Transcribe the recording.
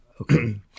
Okay